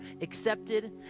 accepted